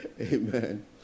Amen